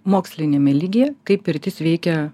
moksliniame lygyje kaip pirtis veikia